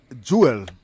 Jewel